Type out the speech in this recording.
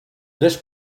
this